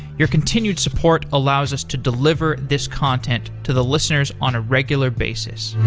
your continued support allows us to deliver this content to the listeners on a regular basis